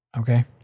Okay